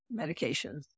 medications